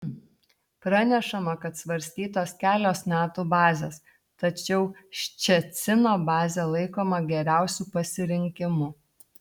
pranešama kad svarstytos kelios nato bazės tačiau ščecino bazė laikoma geriausiu pasirinkimu